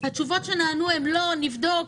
התשובות שנענו הן: "לא, נבדוק".